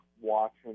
watching